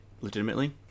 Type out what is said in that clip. legitimately